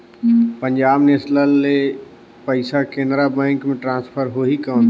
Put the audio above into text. Punjab national ले पइसा Canara bank मे ट्रांसफर होहि कौन?